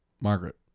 Margaret